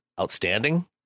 outstanding